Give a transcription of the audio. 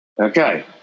Okay